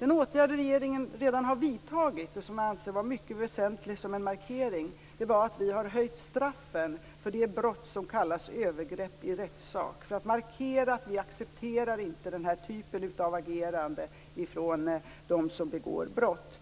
En åtgärd regeringen redan har vidtagit, och som jag anser vara mycket väsentlig som en markering, är att vi har höjt straffen för det brott som kallas övergrepp i rättssak. Vi vill markera att vi inte accepterar den här typen av agerande från dem som begår brott.